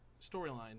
storyline